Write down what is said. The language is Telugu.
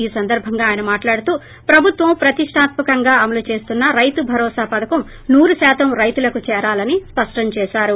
ఈ సందర్బంగా ఆయన మాట్లాడుతూ ప్రభుత్వం ప్రతిష్టాత్మకంగా అమలు చేస్తున్న రైతు భరోసా పధకం నూరు శాతం రైతులకు చేరాలని స్పష్టంచేశారు